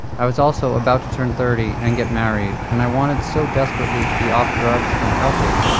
i was also about to turn thirty and get married and i wanted so desperately to be off drugs and healthy